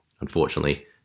unfortunately